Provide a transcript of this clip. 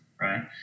right